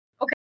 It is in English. Okay